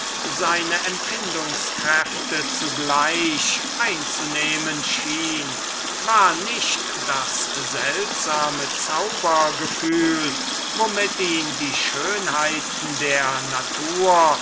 seine sinnen zugleich einzunehmen schien war nicht dieses seltsame zauberische gefühl womit ihn die schönheiten der natur